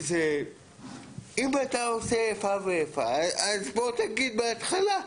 אם אתה עושה איפה ואיפה בוא תגיד בהתחלה.